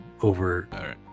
over